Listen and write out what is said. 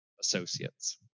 associates